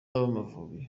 b’amavubi